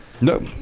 No